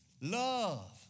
Love